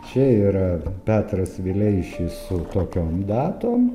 čia yra petras vileišis su kokiom datom